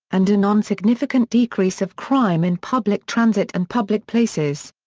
and a non-significant decrease of crime in public transit and public places.